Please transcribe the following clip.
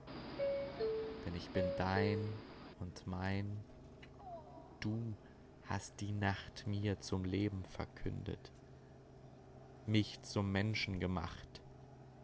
denn ich bin dein und mein du hast die nacht mir zum leben verkündet mich zum menschen gemacht